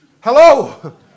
Hello